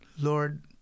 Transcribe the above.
Lord